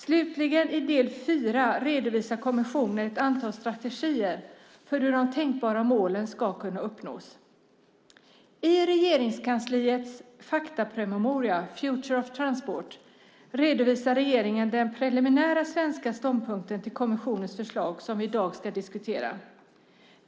I del 4, slutligen, redovisar kommissionen ett antal strategier för hur de tänkbara målen ska kunna uppnås. I Regeringskansliets faktapromemoria Future of Transport redovisar regeringen den preliminära svenska ståndpunkten beträffande kommissionens förslag som vi i dag ska diskutera.